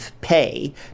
pay